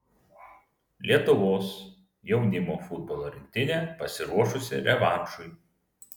lietuvos jaunimo futbolo rinktinė pasiruošusi revanšui